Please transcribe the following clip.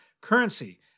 currency